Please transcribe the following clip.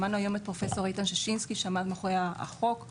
שמענו היום את פרופסור איתן ששינסקי שעמד מאחורי החוק,